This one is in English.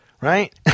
right